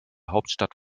hauptstadt